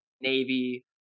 navy